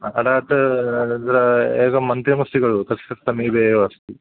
अडात् एकं मन्त्रिमस्ति खलु तस्य समीपे एव अस्ति